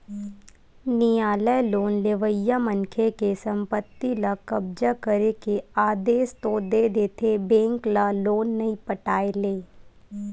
नियालय लोन लेवइया मनखे के संपत्ति ल कब्जा करे के आदेस तो दे देथे बेंक ल लोन नइ पटाय ले